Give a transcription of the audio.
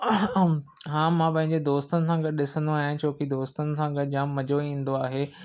हा मां पंहिंजे दोस्तनि सां गॾु ॾिसंदो आहियां छो की दोस्तनि सां गॾु जाम मज़ो ईंदो आहे